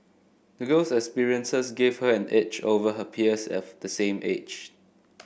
the girl's experiences gave her an edge over her peers of the same age